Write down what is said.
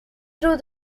through